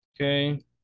Okay